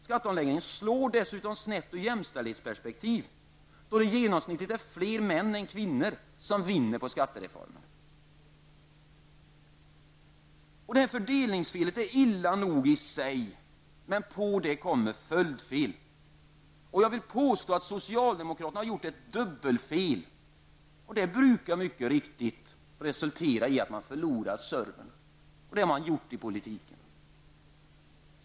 Skatteomläggningen slår dessutom snett ur jämställdhetsperspektiv, då det genomsnittligt är fler män än kvinnor som vinner på skattereformen. Fördelningsfelet är illa nog i sig, men på det kommer följdfel. Jag vill påstå att socialdemokraterna har gjort ett dubbelfel, och det brukar mycket riktigt resultera i förlorad serve. Det har man gjort i skattepolitiken.